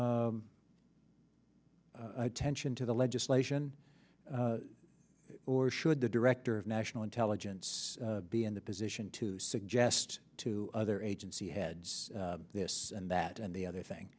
attention to the legislation or should the director of national intelligence be in the position to suggest to other agency heads this and that and the other thing